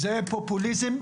זה פופוליזם.